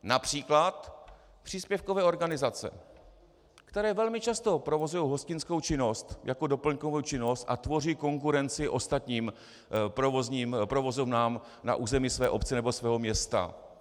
Například příspěvkové organizace, které velmi často provozují hostinskou činnost jako doplňkovou činnost a tvoří konkurenci ostatním provozovnám na území své obce nebo svého města.